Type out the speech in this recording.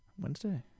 Wednesday